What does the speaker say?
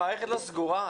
המערכת לא סגורה?